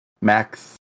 Max